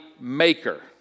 maker